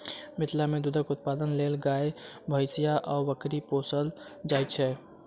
मिथिला मे दूधक उत्पादनक लेल गाय, महीँस आ बकरी पोसल जाइत छै